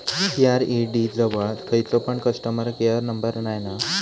CRED जवळ खयचो पण कस्टमर केयर नंबर नाय हा